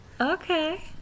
Okay